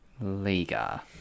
Liga